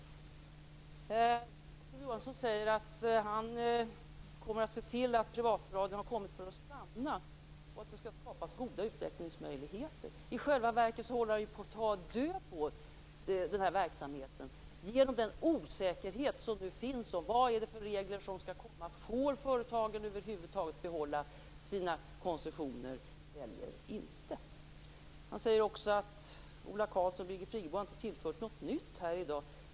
Kurt Ove Johansson säger att han skall se till att privatradion har kommit för att stanna. Det skall skapas goda utvecklingsmöjligheter. I själva verket håller han på att ta död på verksamheten på grund av den osäkerhet som finns om vilka regler som skall komma i framtiden, om företagen över huvud taget får behålla sina koncessioner eller inte. Kurt Ove Johansson säger också att Ola Karlsson och Birgit Friggebo inte har tillfört något nytt i dag.